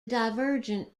divergent